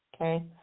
okay